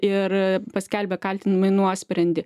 ir paskelbė kaltinamąjį nuosprendį